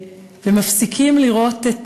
ומפסיקים לראות את